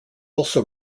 also